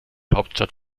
hauptstadt